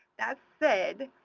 that said,